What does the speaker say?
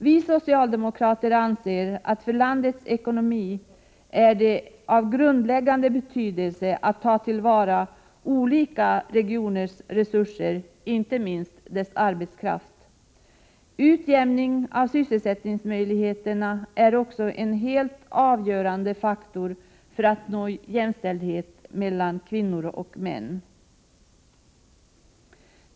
Vi socialdemokrater anser att det för landets ekonomi är av grundläggande betydelse att ta till vara olika regioners resurser, inte minst deras arbetskraft. Utjämning av sysselsättningsmöjligheterna är också en helt avgörande faktor för att nå jämställdhet mellan kvinnor och män.